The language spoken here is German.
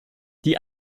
die